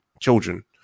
children